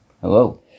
Hello